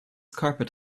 carpet